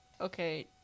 Okay